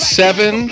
seven